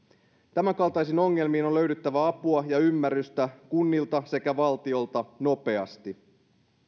tämänkaltaisiin ongelmiin on löydyttävä apua ja ymmärrystä kunnilta sekä valtiolta nopeasti